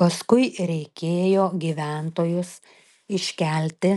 paskui reikėjo gyventojus iškelti